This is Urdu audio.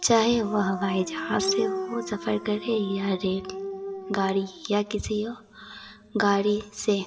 چاہے وہ ہوائی جہاز سے ہو سفر کرے یا ریل گاڑی یا کسی گاڑی سے